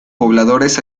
pobladores